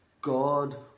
God